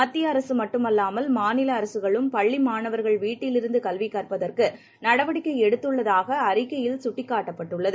மத்தியஅரசுமட்டுமல்லாமல் மாநிலஅரசுகளும் பள்ளிமாணவர்கள் வீட்டிலிருந்துகல்விகற்பதற்குநடவடிக்கைஎடுத்துள்ளதாகஅறிக்கையில் சுட்டிக் காட்டப்பட்டது